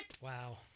Wow